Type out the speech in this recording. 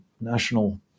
national